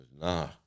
Nah